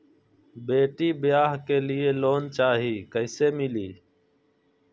बेटी ब्याह के लिए लोन चाही, कैसे मिली?